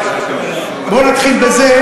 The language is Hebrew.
לשר האוצר, בואו נתחיל בזה,